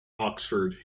oxford